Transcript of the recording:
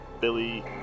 Billy